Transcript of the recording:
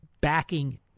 backing